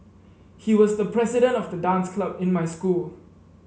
he was the president of the dance club in my school